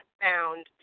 found